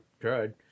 Tried